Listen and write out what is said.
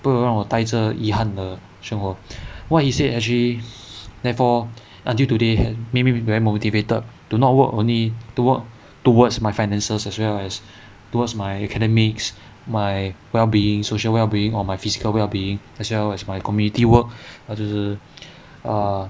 不让我带着遗憾的生活 what he said actually therefore until today had make me very motivated to not work only to work towards my finances as well as towards my academics my wellbeing social wellbeing or my physical wellbeing as well as my community work err 就是 err